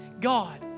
God